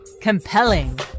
Compelling